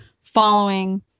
following